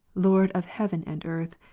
lord of heaven and earth,